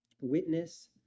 witness